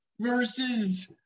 versus